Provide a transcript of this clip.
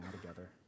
together